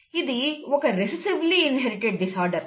ఇది ఒక recessively inherited disorder